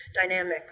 dynamic